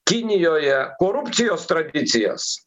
kinijoje korupcijos tradicijas